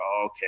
okay